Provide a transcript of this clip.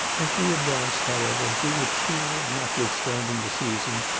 as we advanced, however, we were cheered, notwithstanding the season,